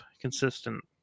consistent